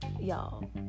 y'all